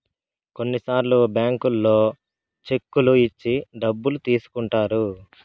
కొన్నిసార్లు బ్యాంకుల్లో చెక్కులు ఇచ్చి డబ్బులు తీసుకుంటారు